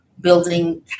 building